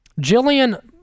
jillian